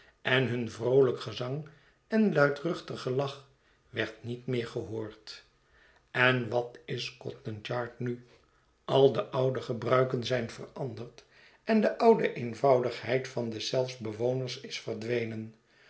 en hun vroolijk gezang en luidruchtig gelach werd niet meer gehoord en wat is scotland yard nu aide oude gebruiken zijn veranderd en de oude eenvoudigheid van deszelfs bewoners is verdwenen